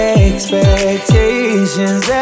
expectations